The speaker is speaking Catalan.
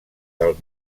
del